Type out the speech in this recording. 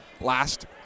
last